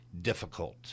Difficult